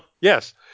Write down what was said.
Yes